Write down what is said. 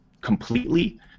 completely